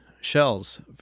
shells